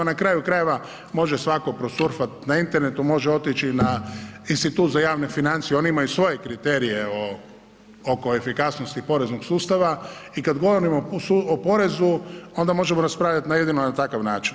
Na kraju krajeva može svatko prosurfati na internetu, može otići na institut za javne financije, oni imaju svoje kriterije oko efikasnosti poreznog sustava i kad govorimo o porezu onda možemo raspravljati na jedino takav način.